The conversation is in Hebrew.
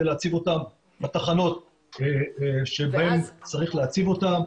להציב אותם בתחנות שבהם צריך להציב אותם.